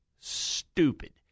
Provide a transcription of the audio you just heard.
stupid